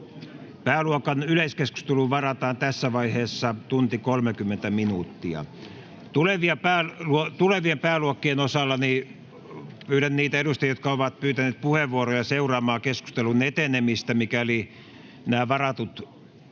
Pääluokan yleiskeskusteluun varataan tässä vaiheessa 1 tunti 30 minuuttia. Tulevien pääluokkien osalla pyydän niitä edustajia, jotka ovat pyytäneet puheenvuoroja, seuraamaan keskustelun etenemistä. Mikäli nämä varatut